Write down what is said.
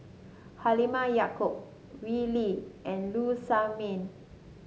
Halimah Yacob Wee Lin and Low Sanmay